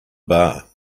bar